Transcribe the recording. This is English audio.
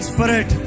Spirit